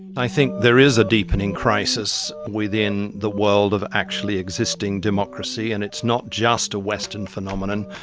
i think there is a deepening crisis within the world of actually existing democracy, and it's not just a western phenomenon.